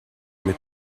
mit